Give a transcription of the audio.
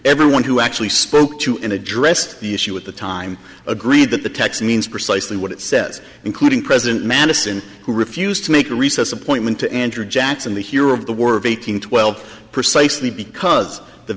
everyone who actually spoke to an addressed the issue at the time agreed that the text means precisely what it says including president madison who refused to make a recess appointment to andrew jackson the hero of the work of eight hundred twelve precisely because the